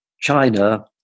China